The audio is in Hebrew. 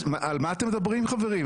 על מה אתם מדברים, חברים?